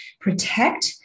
protect